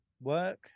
work